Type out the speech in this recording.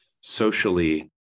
socially